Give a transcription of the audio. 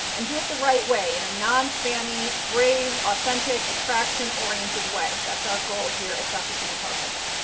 and do it the right way. in a non spammy, brave, authentic attraction oriented way. that's our goal here at sassy suite, empowersocial.